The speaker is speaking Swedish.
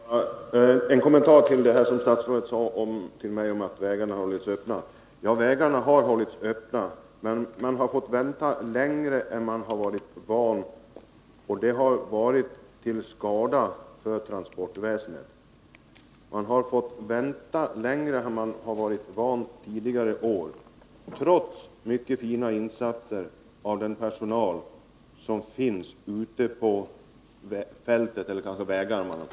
Herr talman! Jag vill bara göra en kort kommentar till det kommunikationsministern sade om att vägarna har hållits öppna. Det är riktigt att vägarna har hållits öppna, men man har fått vänta längre än man varit van vid tidigare år, och det har varit till skada för transportväsendet. Och man har fått vänta på detta sätt, trots mycket fina insatser av den personal som arbetar ute på fältet.